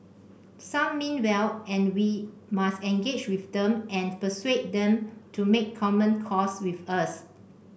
some mean well and we must engage with them and persuade them to make common cause with us